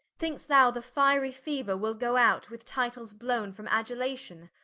thinks thou the fierie feuer will goe out with titles blowne from adulation?